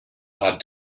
are